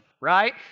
right